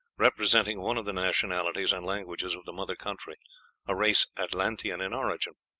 representing one of the nationalities and languages of the mother-country a race atlantean in origin.